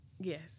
Yes